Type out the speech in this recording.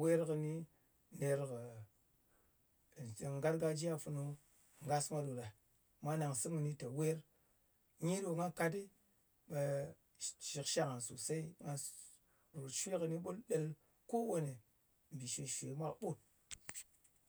wer kɨnɨ ner kɨ, bì gargajiya funu ngas mwa ɗo ɗa. Mwa nang sɨm kɨni te, wer. Nyi ɗo nga kat ɗɨ, ɓe shɨk shang ngan sosey. Nga ròt shwe kɨni ɓul ɗel ko wane mbì shwe-shwe mwa kɨɓut.